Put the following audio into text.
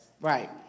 Right